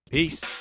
Peace